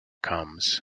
comes